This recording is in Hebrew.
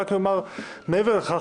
מעבר לכך,